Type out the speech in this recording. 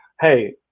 hey